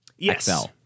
Yes